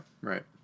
Right